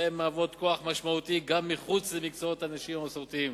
והן מהוות כוח משמעותי גם מחוץ למקצועות הנשיים המסורתיים.